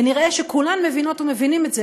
ונראה שכולן מבינות ומבינים את זה.